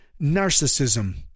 narcissism